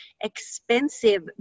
expensive